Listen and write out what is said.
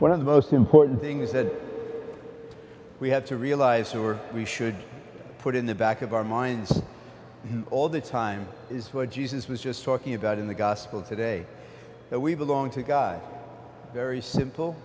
one of the most important thing is that we have to realize or we should put in the back of our minds all the time is what jesus was just talking about in the gospel today that we belong to god very simple